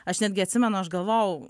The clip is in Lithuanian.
aš netgi atsimenu aš galvojau